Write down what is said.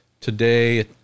today